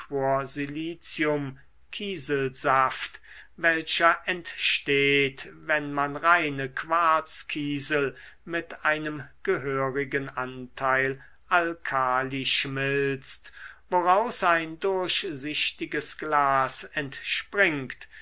welcher entsteht wenn man reine quarzkiesel mit einem gehörigen anteil alkali schmilzt woraus ein durchsichtiges glas entspringt